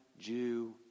Jew